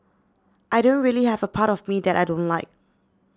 I don't really have a part of me that I don't like